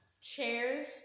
chairs